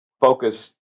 focus